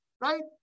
right